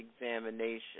examination